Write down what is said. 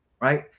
right